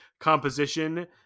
composition